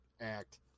act